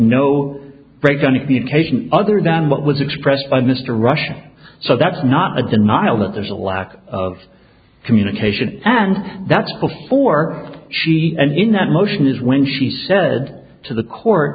no breakdown in communication other than what was expressed by mr rushton so that's not a denial that there's a lack of communication and that's before she said in that motion is when she said to the court